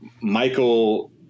Michael